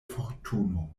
fortuno